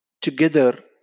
together